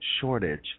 shortage